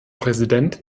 präsident